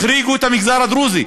החריגו את המגזר הדרוזי.